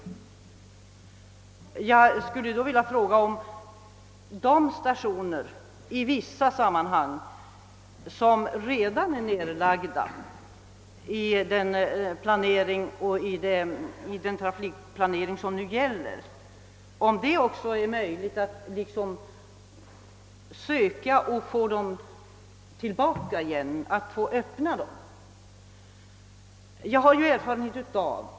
Då vill jag fråga om också de stationer, som lagts ned i den pågående trafikrationaliseringen kan öppnas igen? Vi har nu många stationer som är obemannade.